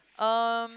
um